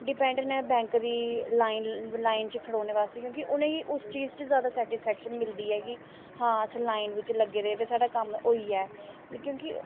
depend न bank दी लाई लाइन च खड़ोने बास्तै क्योंकि उ'नेंगी उस चीज च जैदा सैटिसिफैक्शन मिलदी ऐ कि हां अस लाइन बिच्च लग्गे दे ते साढ़ा कम्म होई गेआ ऐ क्योंकि